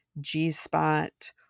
G-spot